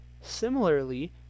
Similarly